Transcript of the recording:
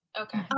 Okay